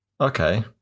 Okay